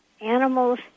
animals